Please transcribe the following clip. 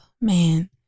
man